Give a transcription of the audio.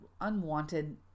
unwanted